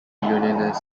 unionist